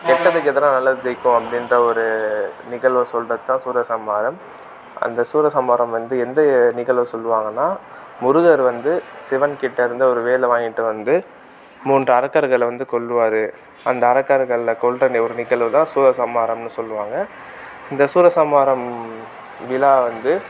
கெட்டதுக்கு எதிராக நல்லது ஜெயிக்கும் அப்படின்ற ஒரு நிகழ்வை சொல்வதுதான் சூரசம்ஹாரம் அந்த சூரசம்ஹாரம் வந்து எந்த நிகழ்வு சொல்லுவாங்கன்னால் முருகர் வந்து சிவன்கிட்ட இருந்து ஒரு வேலை வாங்கிட்டு வந்து மூன்று அரக்கர்களை வந்து கொல்வார் அந்த அரக்கர்களை கொல்கிற ஒரு நிகழ்வு தான் சூரசம்ஹாரம்னு சொல்லுவாங்க இந்த சூரசம்ஹாரம் விழா வந்து